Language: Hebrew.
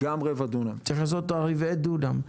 צריך לעשות את רבעי הדונם.